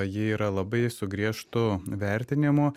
ji yra labai su griežtu vertinimu